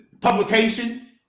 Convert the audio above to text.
Publication